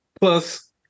Plus